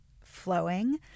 flowing